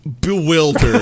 bewildered